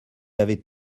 avait